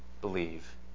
believe